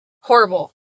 Horrible